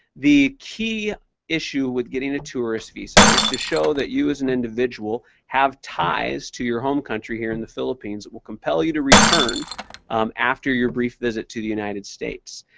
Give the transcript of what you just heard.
the key issue with getting a tourist visa is to show that you, as an individual, have ties to your home country here in the philippines, will compel you to return after your brief visit to the united states.